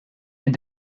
and